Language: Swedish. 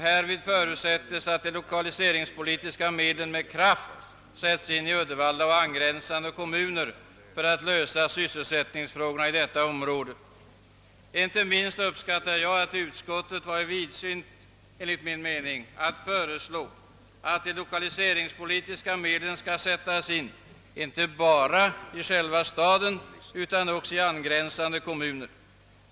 Härvid bör förutsättas att de lokaliseringspolitiska medlen med kraft sätts in i Uddevalla och angränsande kommuner för att lösa sysselsättningsfrågorna i detta område.» Inte minst uppskattar jag att utskottet varit vidsynt nog att föreslå att de lokaliseringspolitiska medlen skall sättas in inte bara i själva staden utan också i angränsande kommuner.